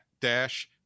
dash